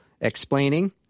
explaining